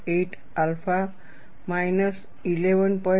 8 alpha minus 11